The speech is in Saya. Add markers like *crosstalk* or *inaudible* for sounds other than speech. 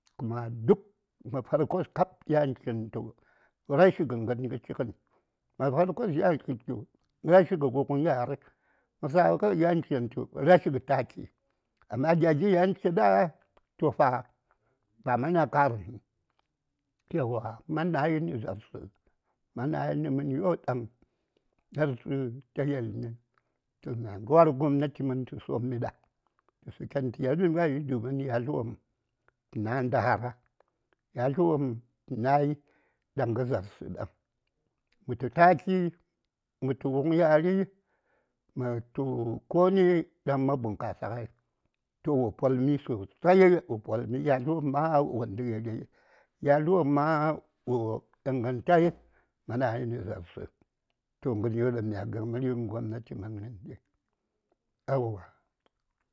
﻿Kuma duk da farkos kap yan chintu rashi gə gən chigən na farkos chintu rashi gə wuŋ ya:r na farkos yan chintu rashi gə taki amma yan gya chiɗa tofa ba ma na: ka:r həŋ yauwa ma nayi nə za:rsə ma nayi nə mənyo ɗaŋ za:rsə ta yelmi toh mya ŋwa:r gobnati mən tə sommiɗa tə suken tə yelmi ŋai domin yatl wopm tə na ndarara yatl wopm tə nayi ɗaŋ kə za:rsə ɗaŋ mətu taki, mətu wuŋ yari, mətu koni ɗaŋ ma bunkasa ŋai toh wo polmi sosai wo polmi yatlwopm ma wo ndəri yatl wopm ma wo ingantai toh ma nayi nə za:rsə *hesitation* toh gənwon daŋ mya gə:m ri:ŋ gobnati mən gəndi aeywa.